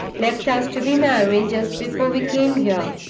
left us to be married just before we came here,